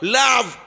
love